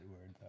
word